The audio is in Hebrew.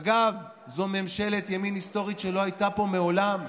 אגב, זו ממשלת ימין היסטורית שלא הייתה פה מעולם,